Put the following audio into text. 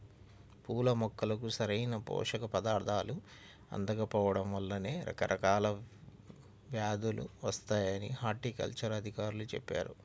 పూల మొక్కలకు సరైన పోషక పదార్థాలు అందకపోడం వల్లనే రకరకాల వ్యేదులు వత్తాయని హార్టికల్చర్ అధికారులు చెప్పారు